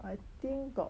I think got